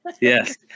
Yes